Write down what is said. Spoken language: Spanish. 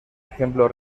ejemplo